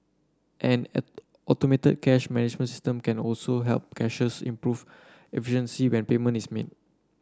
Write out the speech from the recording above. an a automated cash management system can also help cashiers improve efficiency when payment is made